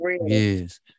yes